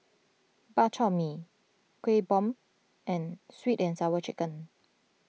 Bak Chor Mee Kueh Bom and Sweet and Sour Chicken